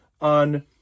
on